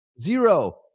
Zero